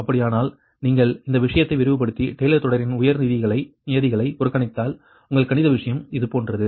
அப்படியானால் நீங்கள் இந்த விஷயத்தை விரிவுபடுத்தி டெய்லர் தொடரின் உயர் நியதிகளை புறக்கணித்தால் உங்கள் கணித விஷயம் இது போன்றது